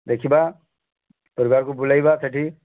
ଦେଖିବା ପରିବାର କୁ ବୁଲେଇବା ସେଠି